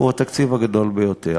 הוא התקציב הגדול ביותר.